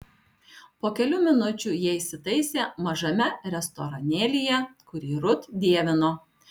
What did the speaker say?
po kelių minučių jie įsitaisė mažame restoranėlyje kurį rut dievino